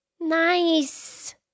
Nice